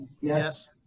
Yes